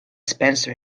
spencer